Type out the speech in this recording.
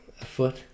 afoot